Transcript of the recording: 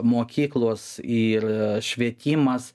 mokyklos ir švietimas